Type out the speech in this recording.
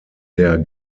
der